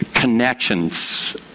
connections